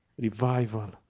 revival